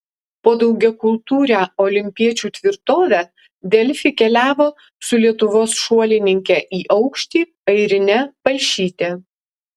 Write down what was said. po daugiakultūrę olimpiečių tvirtovę delfi keliavo su lietuvos šuolininke į aukštį airine palšyte